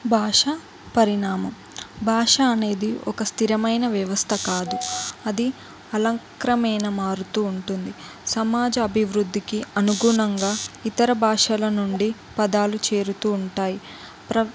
భాష పరిణామం భాష అనేది ఒక స్థిరమైన వ్యవస్థ కాదు అది కాలక్రమేణ మారుతు ఉంటుంది సమాజ అభివృద్ధికి అనుగుణంగా ఇతర భాషల నుండి పదాలు చేరుతు ఉంటాయి ప్ర